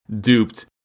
duped